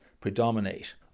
predominate